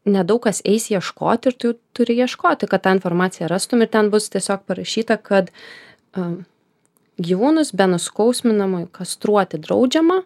nedaug kas eis ieškot ir tu turi ieškoti kad tą informaciją rastum ir ten bus tiesiog parašyta kad a gyvūnus be nuskausminamųjų kastruoti draudžiama